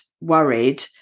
worried